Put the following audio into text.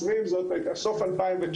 לסוף 2019,